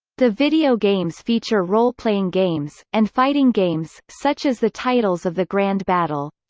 the video games feature role-playing games, and fighting games, such as the titles of the grand battle!